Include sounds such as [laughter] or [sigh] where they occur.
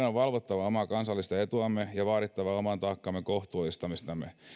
[unintelligible] on valvottava omaa kansallista etuamme ja vaadittava oman taakkamme kohtuullistamista [unintelligible]